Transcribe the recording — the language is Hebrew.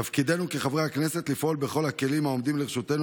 תפקידנו כחברי הכנסת הוא לפעול בכל הכלים העומדים לרשותנו